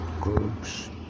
groups